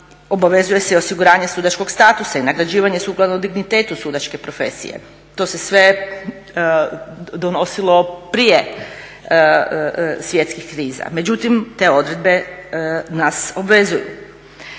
Obavezuje se i osiguranje sudačkog statusa i nagrađivanje sukladno dignitetu sudačke profesije. To se sve donosilo prije svjetskih kriza, međutim te odredbe nas obvezuju.